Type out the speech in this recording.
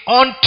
on